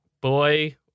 boy